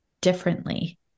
differently